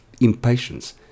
impatience